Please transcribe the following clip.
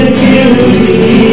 beauty